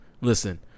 Listen